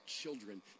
children